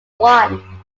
one